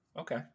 Okay